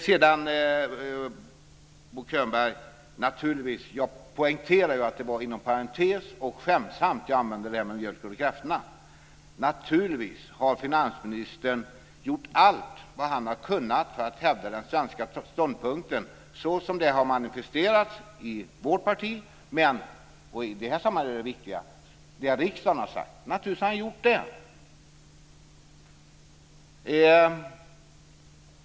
Bo Könberg, jag poängterade att det naturligtvis var inom parentes och skämtsamt som jag nämnde mjölken och kräftorna. Naturligtvis har finansministern gjort allt vad han har kunnat för att hävda den svenska ståndpunkten, så som den har manifesterats i vårt parti, och, som i det här sammanhanget är det viktiga, det riksdagen har sagt. Naturligtvis har han gjort det.